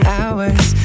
hours